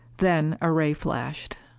then a ray flashed.